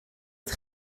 het